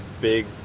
big